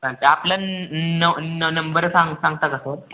चालत आहे आपला न न नंबर सांग सांगता का सर